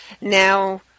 Now